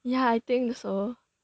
yeah I think so